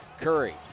Curry